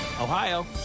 Ohio